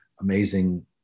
amazing